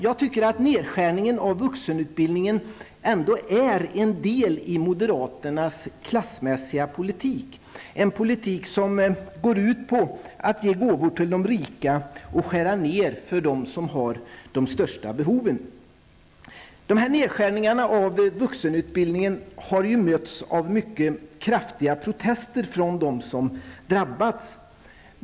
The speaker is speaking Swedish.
Jag tycker att nedskärningen av vuxenutbildningen är en del i moderaternas klassmässiga politik, en politik som går ut på att ge gåvor till de rika och skära ned på det som gäller de människor som har de största behoven. Nedskärningarna av vuxenutbildningen har mötts av mycket kraftiga protester från dem som drabbas.